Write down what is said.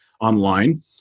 online